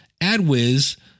AdWiz